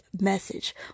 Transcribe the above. message